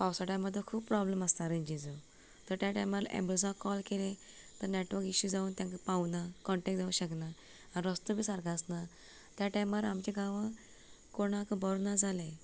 पावसा टायमार तर खूब प्रोब्लम आसतात रेंजीचो त्या टायमार ऍबुलन्साक कॉल केलें तो नेटवर्क इशू जावन तांकां पावना कॉनटेक्ट जावंक शकना आनी रस्तो बी सारको आसना त्या टायमार आमच्या गांवांत कोणाक बरें ना जाले